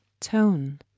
tone